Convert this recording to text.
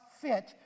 fit